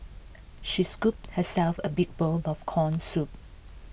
she scooped herself a big bowl of Corn Soup